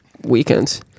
weekends